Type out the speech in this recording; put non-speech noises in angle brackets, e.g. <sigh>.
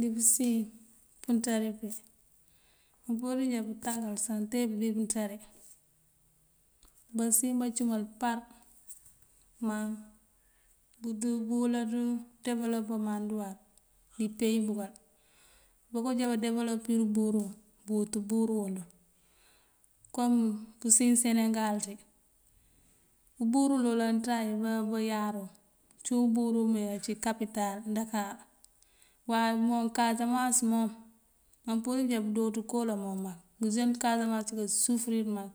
Dí pësiyën pënţari pí mampurir pëjá pëtakal sá te pëbí pënţari. Basiyën bacumal apar má <unintelligible> buwëlaţ dewëlopëman dëwar dí peyi búkal. Bako já badewëlopir ubúrú wuŋ bëwëţ ubúrú wuŋ duŋ. Kom pësiyën senegal ţí, ubúrú uloolan ţañ wí bayaar wuŋ. Cíwun ubúrú wí mewí ací kapital, dakar. Wa mon casamans mon, mampurir pëjá búdooţ koolan mon mak bësën kasamans cíka sufërir mak